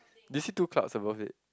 do you see two clouds above it